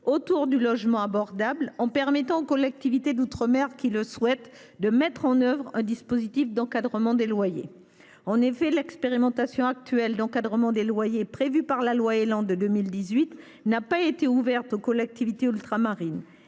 autour du logement abordable, en permettant aux collectivités d’outre mer qui le souhaitent de mettre en œuvre un dispositif d’encadrement des loyers. En effet, l’expérimentation actuelle d’encadrement des loyers, prévue par la loi du 23 novembre 2018 portant évolution du logement,